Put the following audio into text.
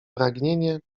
pragnienie